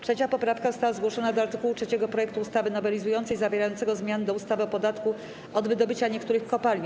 3. poprawka została zgłoszona do art. 3 projektu ustawy nowelizującej zawierającego zmiany do ustawy o podatku od wydobycia niektórych kopalin.